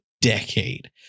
decade